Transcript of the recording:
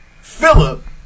Philip